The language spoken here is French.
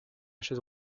chaise